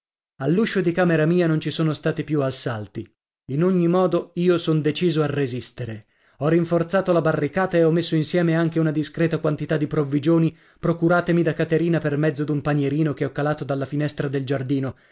all'uscio di camera mia non ci sono stati più assalti in ogni modo io son deciso a resistere ho rinforzato la barricata e ho messo insieme anche una discreta quantità di provvigioni procuratemi da caterina per mezzo d'un panierino che ho calato dalla finestra del giardino